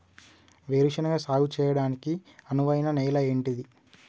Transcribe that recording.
వేరు శనగ సాగు చేయడానికి అనువైన నేల ఏంటిది?